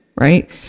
Right